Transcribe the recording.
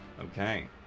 Okay